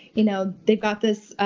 you know, they've got this,